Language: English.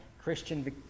Christian